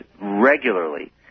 regularly